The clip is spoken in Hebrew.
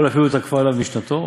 יכול אפילו תקפה עליו משנתו?